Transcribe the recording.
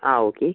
ആ ഓക്കെ